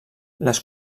les